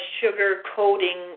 sugar-coating